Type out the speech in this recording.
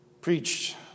preached